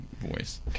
voice